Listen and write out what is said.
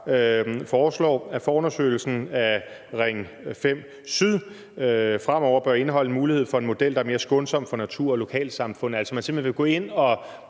foreslår, at forundersøgelsen af Ring 5 Syd fremover bør indeholde en model, der er mere skånsom over for natur og lokalsamfund, altså at man simpelt hen vil gå ind og